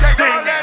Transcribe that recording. ding